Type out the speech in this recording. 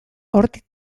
hortik